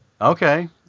okay